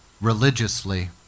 religiously